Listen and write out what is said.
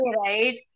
right